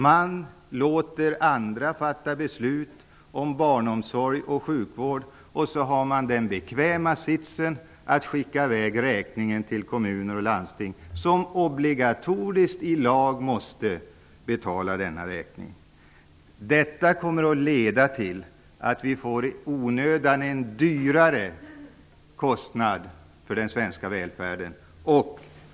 Man låter andra fatta beslut om barnomsorg och sjukvård, och så har man den bekväma sitsen att skicka iväg räkningen till kommuner och landsting -- som obligatoriskt enligt lagen måste betala denna räkning. Detta kommer i sin tur att leda till att vi i onödan får en dyrare kostnad för den svenska välfärden.